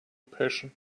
passion